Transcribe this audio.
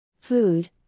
Food